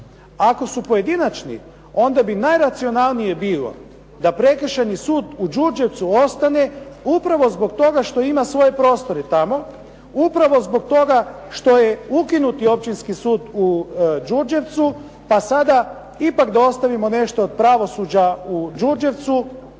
Ako su pojedinačni, onda bi najracionalnije bilo da prekršajni sud u Đurđevcu ostane upravo zbog toga što ima svoje prostore tamo, upravo zbog toga što je ukinuti općinski sud u Đurđevcu, pa sada ipak da ostavimo nešto od pravosuđa u Đurđevcu,